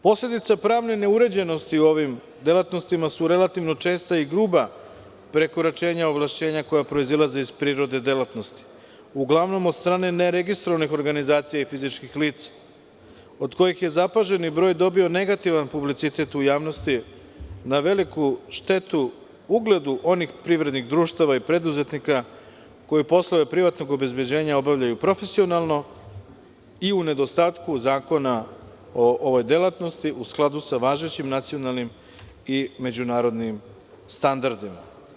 Posledica pravne neuređenosti u ovim delatnostima su relativno česta i gruba prekoračenja ovlašćenja koja proizilaze iz prirode delatnosti, uglavnom od strane neregistrovanih organizacija i fizičkih lica, od kojih je zapaženi broj dobio negativan publicitet u javnosti, na veliku štetu, ugledu onih privrednih društava i preduzetnika koji poslove privatnog obezbeđenja obavljaju profesionalno i u nedostatku zakona o ovoj delatnosti u skladu sa važećim nacionalnim i međunarodnim standardima.